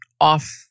off